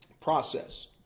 process